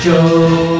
Joe